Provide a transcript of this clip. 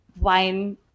wine